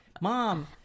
mom